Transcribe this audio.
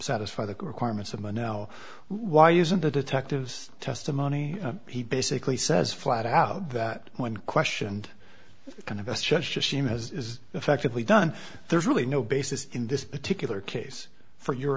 satisfy the requirements of a now why isn't the detective's testimony he basically says flat out that when questioned kind of a stretch to see him as effectively done there's really no basis in this particular case for your